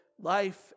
Life